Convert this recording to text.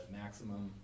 maximum